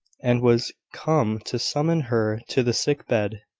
and was come to summon her to the sick bed.